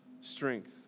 strength